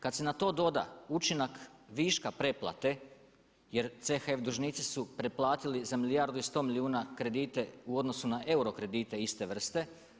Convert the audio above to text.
Kad se na to doda učinak viška preplate jer CHF dužnici su preplatili za milijardu i 100 milijuna kredite u odnosu na euro kredite iste vrste.